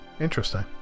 interesting